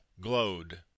glowed